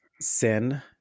sin